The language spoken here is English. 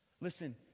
Listen